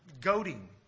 goading